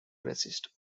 resist